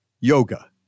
yoga